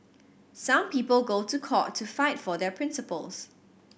some people go to court to fight for their principles